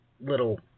little